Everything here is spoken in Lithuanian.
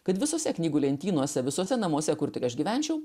kad visose knygų lentynose visuose namuose kur tik aš gyvenčiau